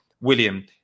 William